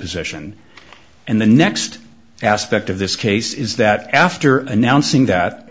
position and the next aspect of this case is that after announcing that